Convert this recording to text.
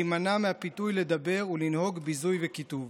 להימנע מהפיתוי לדבר ולנהוג ביזוי וקיטוב.